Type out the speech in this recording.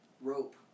Rope